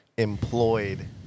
employed